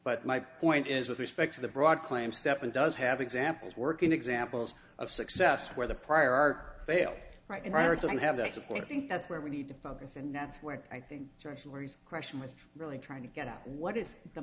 but my point is with respect to the broad claim stepan does have examples working examples of success where the prior art fails right in iraq doesn't have that support i think that's where we need to focus and that's where i think george where his question was really trying to get at what is the